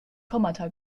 kommata